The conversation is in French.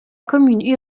commune